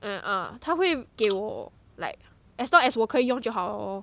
ah ah 它会给我 like as long as 我可以用就好 lor